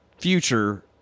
future